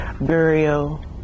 burial